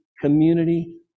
community